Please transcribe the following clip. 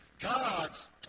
God's